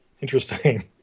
Interesting